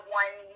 one